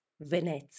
Venezia